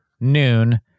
noon